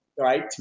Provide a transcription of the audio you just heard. right